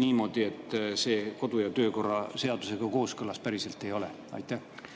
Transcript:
niimoodi, et see kodu‑ ja töökorra seadusega kooskõlas päriselt ei ole. Aitäh,